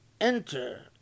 enter